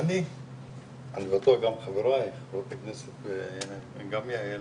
אני ואני בטוח גם חבריי חברי הכנסת גם יעל,